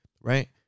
right